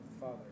Father